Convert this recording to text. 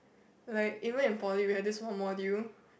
like even in poly we have this what module